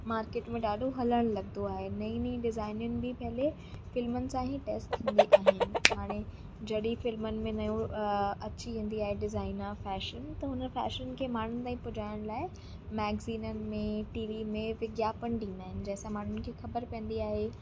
market में ॾाढो हलणु लॻंदो आहे नईं नईं डिज़ाइनियुनि बि पहिले फिल्मनि सां ई टेस्ट थींदी आहिनि हाणे जॾहिं फिल्मनि में नयों अची वेंदी आहे डिज़ाइना फैशन त हुन फैशन खे माण्हुनि ताईं पुॼाएण लाइ मैग्ज़िननि में टीवी में विज्ञापन ॾींदा आहिनि जंहिंसां माण्हुनि खे ख़बरु पवंदी आहे